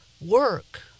work